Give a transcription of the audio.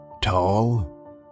tall